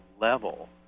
level